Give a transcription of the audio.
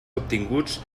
obtinguts